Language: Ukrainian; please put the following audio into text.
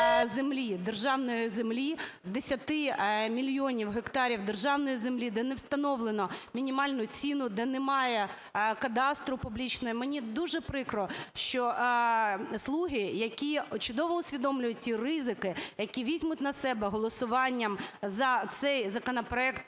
державної землі, 10 мільйонів гектарів державної землі, де не встановлено мінімальну ціну, де немає кадастру публічного. Мені дуже прикро, що "слуги", які чудово усвідомлюють ті ризики, які візьмуть на себе голосуванням за цей законопроект